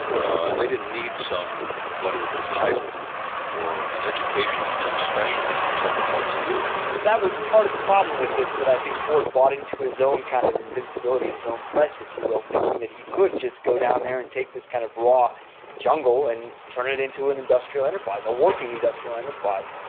and they didn't need somebody but with a title or an education in some specialty to tell them what to do that was part of the problem with this that i think ford bought into his own kind of invincibility, his own press, if you will, thinking that he could just go down there and take this kind of raw jungle and turn it into an industrial enterprise, a working industrial enterprise.